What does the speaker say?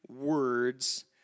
words